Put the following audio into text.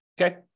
Okay